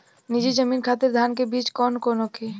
नीची जमीन खातिर धान के बीज कौन होखे?